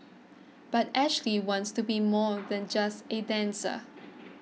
but Ashley wants to be more than just a dancer